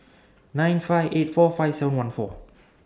nine five eight four five seven one four